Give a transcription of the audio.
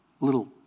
little